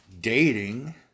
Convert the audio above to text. dating